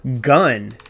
gun